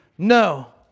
No